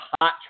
hot